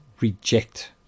reject